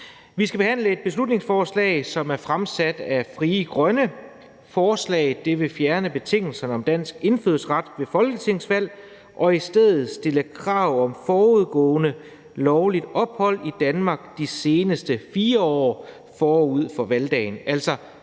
Vi skal behandle et beslutningsforslag, som er fremsat af Frie Grønne. Forslaget vil fjerne betingelsen om dansk indfødsret ved folketingsvalg og i stedet stille krav om forudgående lovligt ophold i Danmark de seneste 4 år forud for valgdagen.